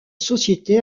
société